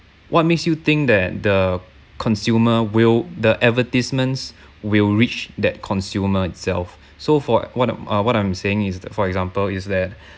what makes you think that the consumer will the advertisements will reach that consumer itself so for what I'm uh what I'm saying is that for example is that